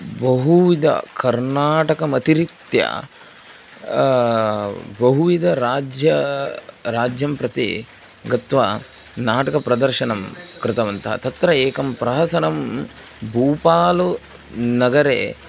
बहुविध कर्नाटकमतिरित्य बहुविधराज्यं राज्यं प्रति गत्वा नाटकप्रदर्शनं कृतवन्तः तत्र एकं प्रहसनं भूपालनगरे